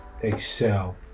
excel